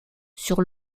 sur